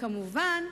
כמובן,